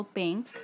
pink